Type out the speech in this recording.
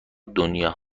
دنیا